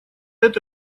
это